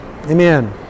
Amen